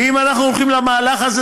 ואם אנחנו הולכים למהלך הזה,